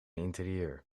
interieur